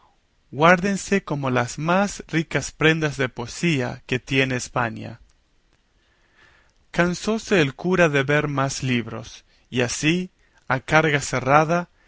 guárdense como las más ricas prendas de poesía que tiene españa cansóse el cura de ver más libros y así a carga cerrada